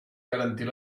garantir